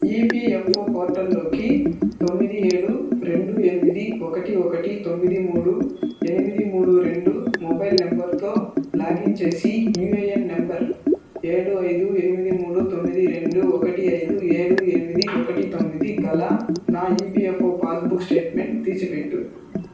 EPFO పోర్టల్లోకి తొమిది ఏడూ రెండు ఎనిమిది ఒకటి ఒకటి తొమిది మూడు ఎనిమిది మూడు రెండు మొబైల్ నంబరుతో లాగిన్ చేసి యూఏఎన్ నంబరు ఏడూ ఐదు ఎనిమిది మూడు తొమిది రెండు ఒకటి ఐదు ఏడు ఎనిమిది ఒకటి తొమిది గల నా ఈపీఎఫ్ఓ పాస్బుక్ స్టేట్మెంట్ తీసిపెట్టు